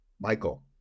Michael